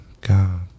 God